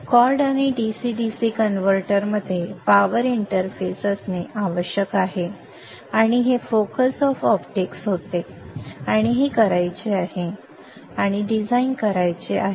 cord आणि DC DC converter मध्ये power interface असणे आवश्यक आहे आणि हे फोकस ऑफ ऑप्टिक होते आणि हेच करायचे आहे आणि डिझाइन करायचे आहे